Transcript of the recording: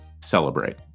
celebrate